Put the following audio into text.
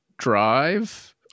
drive